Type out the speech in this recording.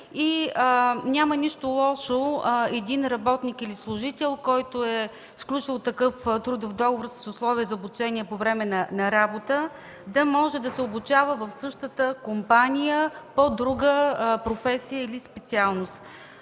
Няма нищо лошо един работник или служител, който е сключил такъв трудов договор с условия за обучение по време на работа, да може да се обучава в същата компания по друга професия или специалност.